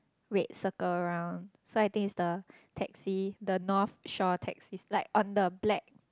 red circle around so I think its the taxi the North Shore taxi like on the black